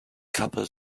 couple